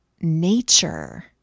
nature